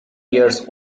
years